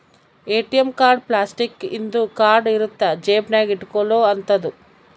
ATM card plastic ಇಂದು card ಇರುತ್ತ ಜೇಬ ನಾಗ ಇಟ್ಕೊಲೊ ಅಂತದು